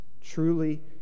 truly